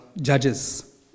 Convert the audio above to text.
judges